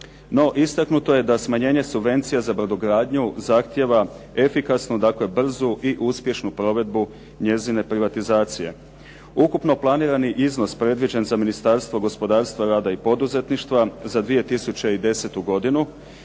No, istaknuto je da smanjenje subvencija za brodogradnju zahtijeva efikasnu, dakle brzu i uspješnu provedbu njezine privatizacije. Ukupno planirani iznos predviđen za Ministarstvo gospodarstva, rada i poduzetništva za 2010. godinu